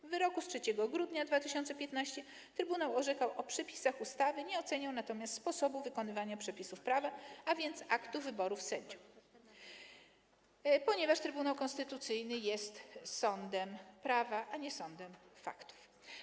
W wyroku z 3 grudnia 2015 r. trybunał orzekał o przepisach ustawy, nie oceniał natomiast sposobu wykonywania przepisów prawa, a więc aktu wyboru sędziów, ponieważ Trybunał Konstytucyjny jest sądem prawa, a nie sądem faktów.